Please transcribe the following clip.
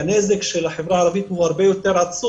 הנזק של החברה הערבית הוא יותר עצום,